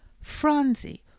Phronsie